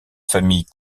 famille